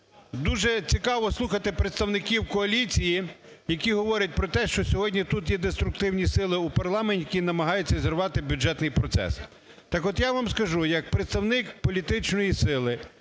Дуже цікаво слухати представників коаліції, які говорять про те, що сьогодні тут є деструктивні сили в парламенті, які намагаються зірвати бюджетний процес. Так от, я вам скажу як представник політичної сили,